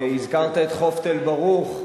הזכרת את חוף תל-ברוך,